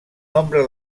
nombre